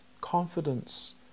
confidence